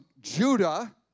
Judah